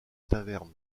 taverne